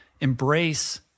embrace